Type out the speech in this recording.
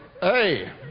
Hey